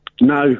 no